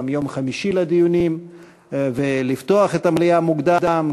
את יום חמישי לדיונים ולפתוח את המליאה מוקדם,